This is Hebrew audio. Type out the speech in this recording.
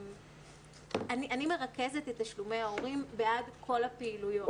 אני מרכזת את תשלומי ההורים בעד כל הפעילויות.